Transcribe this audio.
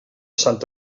sant